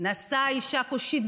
נשא אישה כושית,